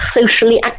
socially